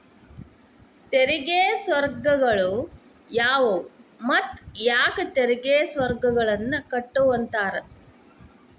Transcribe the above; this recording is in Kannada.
ತೆರಿಗೆ ಸ್ವರ್ಗಗಳು ಯಾವುವು ಮತ್ತ ಯಾಕ್ ತೆರಿಗೆ ಸ್ವರ್ಗಗಳನ್ನ ಕೆಟ್ಟುವಂತಾರ